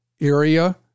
area